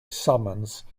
summons